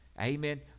amen